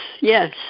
yes